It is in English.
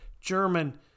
German